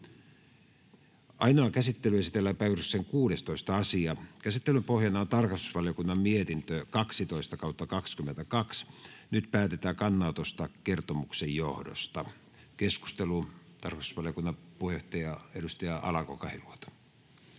Ainoaan käsittelyyn esitellään päiväjärjestyksen 16. asia. Käsittelyn pohjana on tarkastusvaliokunnan mietintö TrVM 12/2022 vp. Nyt päätetään kannanotosta kertomuksen johdosta. — Keskustelu, tarkastusvaliokunnan puheenjohtaja, edustaja Alanko-Kahiluoto.